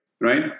Right